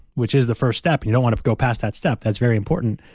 which is the first step, you don't want to go past that step. that's very important.